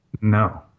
No